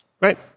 Right